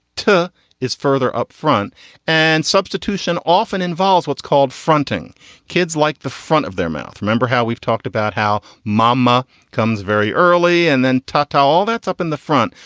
ter is further upfront and substitution often involves what's called fronting kids like the front of their mouth. remember how we've talked about how mama comes very early and then tarta all that's up in the front.